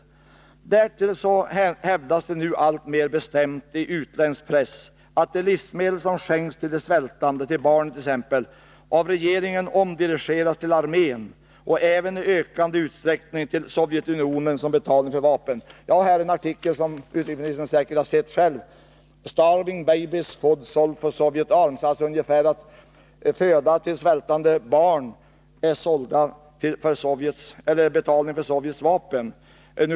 För det tredje föranleddes min fråga av att det alltmer bestämt hävdas i utländsk press att de livsmedel som skänks till de svältande, till barnen exempelvis, av regeringen omdirigeras till armén och även i ökande utsträckning till Sovjetunionen som betalning för vapen. Jag har här i min hand en artikel, som utrikesministern säkert själv har läst: ”Starving babies” food sold for Soviet arms”, vilket betyder ungefär att föda till svältande barn är betalning för Sovjets vapen.